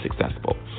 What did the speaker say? successful